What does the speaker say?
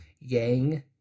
yang